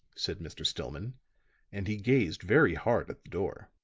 said mr. stillman and he gazed very hard at the door.